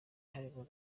harimo